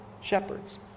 shepherds